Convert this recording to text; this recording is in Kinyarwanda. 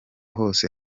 bose